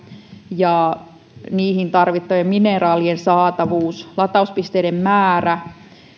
ja niihin tarvittavien mineraalien saatavuus latauspisteiden määrä